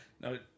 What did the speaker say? No